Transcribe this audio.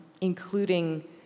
including